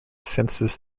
census